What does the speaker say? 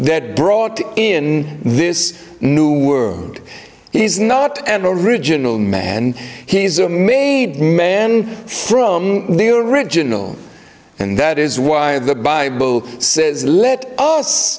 that brought in this new world he's not and original man and he's a made man from the original and that is why the bible says let us